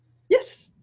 yes,